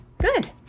Good